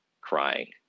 crying